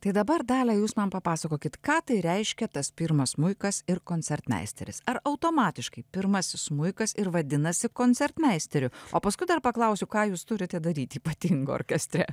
tai dabar dalia jūs man papasakokit ką tai reiškia tas pirmas smuikas ir koncertmeisteris ar automatiškai pirmasis smuikas ir vadinasi koncertmeisteriu o paskui dar paklausiu ką jūs turite daryti ypatingo orkestre